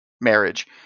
marriage